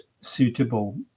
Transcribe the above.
suitable